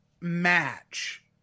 match